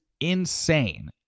insane